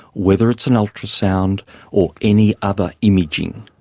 whether it's an ultrasound or any other imaging.